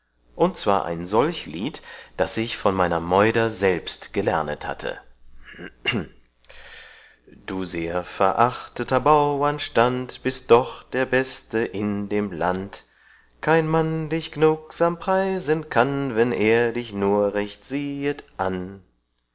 und zwar ein solch lied das ich von meiner meuder selbst gelernet hatte du sehr verachteter baurenstand bist doch der beste in dem land kein mann dich gnugsam preisen kann wann er dich nur recht siehet an